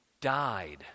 died